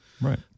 Right